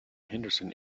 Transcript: henderson